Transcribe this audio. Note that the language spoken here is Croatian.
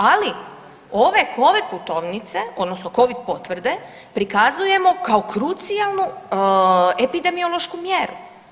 Ali ove covid putovnice, odnosno covid potvrde prikazujemo kao krucijalnu epidemiološku mjeru.